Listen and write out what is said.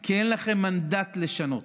כי אין לכם מנדט לשנות.